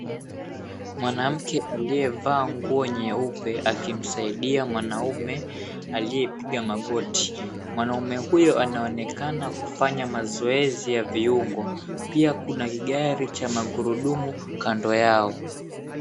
Mwanamke aliyevaa nguo nyeupe akimsaidia mwanaume aliyepiga magoti. Mwanaume huyo anaonekana kufanya mazoezi ya viungo. Pia kuna kigari cha magurudumu kando yao.